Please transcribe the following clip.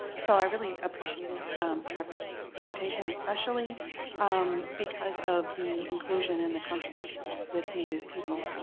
so i really appreciated trevor's presentation, especially because of the inclusion and the consultation with native people.